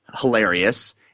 hilarious